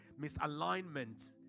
misalignment